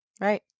right